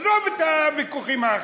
עזוב את הוויכוחים האחרים.